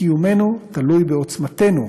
קיומנו תלוי בעוצמתנו,